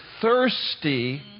thirsty